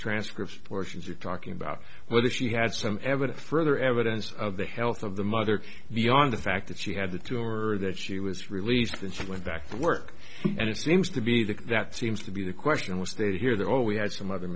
transcript portions you're talking about whether she had some evidence further evidence of the health of the mother beyond the fact that she had the two or that she was relieved that she went back to work and it seems to be that that seems to be the question was that here that all we had some other